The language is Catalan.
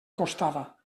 costava